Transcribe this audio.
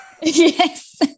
Yes